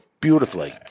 beautifully